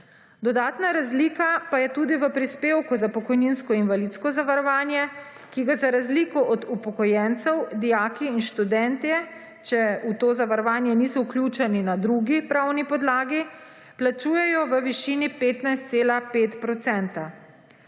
Dodatna razlika pa je tudi v prispevku za pokojninsko in invalidsko zavarovanje, ki ga za razliko od upokojencev dijaki in študentje, če v to zavarovanje niso vključeni na drugi pravni podlagi, plačujejo v višini 15,5 %.